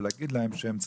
ולהגיד להם שהם,